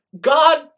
god